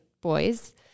boys